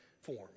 form